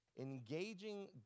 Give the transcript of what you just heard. engaging